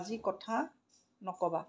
আজি কথা নক'বা